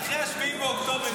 אחרי 7 באוקטובר,